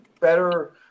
better –